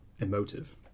emotive